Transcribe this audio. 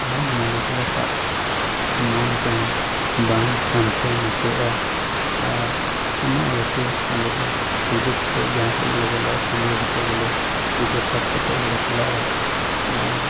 ᱢᱚᱡᱽ ᱢᱚᱱᱮ ᱛᱮᱞᱮ ᱥᱟᱵ ᱠᱚᱣᱟ ᱢᱚᱱ ᱠᱚ ᱦᱚᱸ ᱵᱟᱝ ᱦᱟᱱᱛᱮ ᱱᱷᱟᱛᱮᱜᱼᱟ ᱟᱨ ᱚᱱᱟ ᱤᱭᱟᱹᱛᱮ ᱟᱞᱮ ᱫᱚ ᱯᱩᱡᱟᱹ ᱠᱟᱛᱮᱫ ᱡᱟᱦᱟᱸ ᱥᱮᱫ ᱜᱮᱞᱮ ᱪᱟᱞᱟᱜᱼᱟ ᱯᱩᱡᱟᱹ ᱠᱟᱛᱮᱫ ᱜᱮᱞᱮ ᱯᱩᱡᱟᱹ ᱯᱟᱴ ᱠᱟᱛᱮᱫ ᱜᱮᱞᱮ ᱪᱟᱞᱟᱜᱼᱟ ᱟᱨ